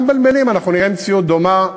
גם בנמלים אנחנו נראה מציאות דומה: